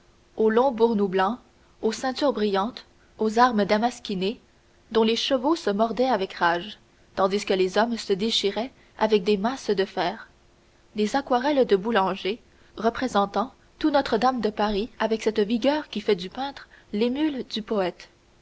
aux longs burnous blancs aux ceintures brillantes aux armes damasquinées dont les chevaux se mordaient avec rage tandis que les hommes se déchiraient avec des masses de fer des aquarelles de boulanger représentant tout notre-dame de paris avec cette vigueur qui fait du peintre l'émule du poète